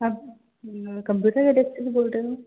आप computer Galaxy से बोल रहे हो